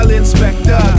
inspector